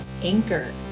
anchor